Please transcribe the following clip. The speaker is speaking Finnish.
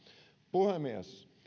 puhemies